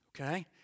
Okay